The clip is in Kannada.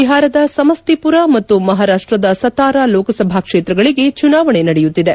ಬಿಹಾರದ ಸಮಸ್ತೀಮರ ಮತ್ತು ಮಹಾರಾಷ್ಲದ ಸತಾರಾ ಲೋಕಸಭಾ ಕ್ಷೇತ್ರಗಳಿಗೆ ಚುನಾವಣೆ ನಡೆಯುತ್ತಿದೆ